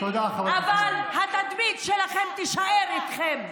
אבל התדמית שלכם תישאר איתכם.